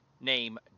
name